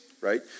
right